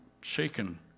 shaken